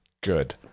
good